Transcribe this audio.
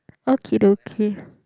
okie dokie